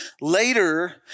later